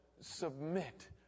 submit